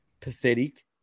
pathetic